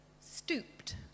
stooped